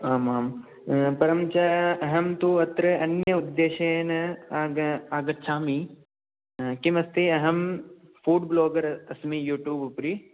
आम् आम् परञ्च अहं तु अत्र अन्य उद्देशेन आग आगच्छामि किमस्ति अहं फुड् ब्लोगर् अस्मि युट्यूब् उपरि